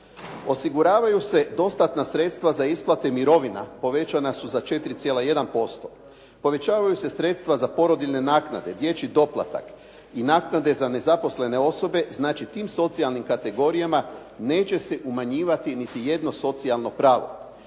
Osiguravaju se dostatna sredstva za isplate mirovina povećana su za 4,1%. Povećavaju se sredstva za porodiljne naknade, dječji doplatak i naknade za nezaposlene osobe, znači tim socijalnim kategorijama neće se umanjivati niti jedno socijalno pravo.